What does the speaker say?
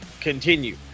continue